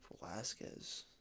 Velasquez